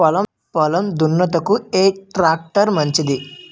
పొలం దున్నుటకు ఏ ట్రాక్టర్ మంచిది?